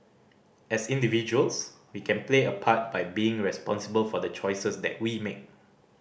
as individuals we can play a part by being responsible for the choices that we make